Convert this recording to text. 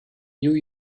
new